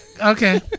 okay